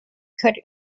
could